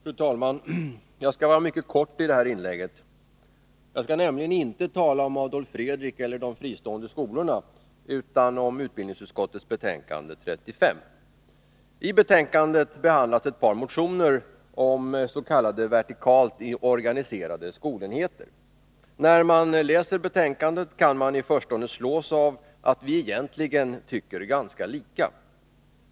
Fru talman! Jag skall fatta mig mycket kort i det här inlägget. Jag skall nämligen inte tala om Adolf Fredrik eller de fristående skolorna utan om utbildningsutskottets betänkande nr 35. I betänkandet behandlas ett par motioner om s.k. vertikalt organiserade skolenheter. När man läser betänkandet kan man i förstone slås av att vi egentligen tycker ganska lika.